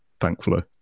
thankfully